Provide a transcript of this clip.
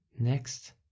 Next